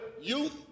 youth